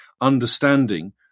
understanding